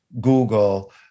Google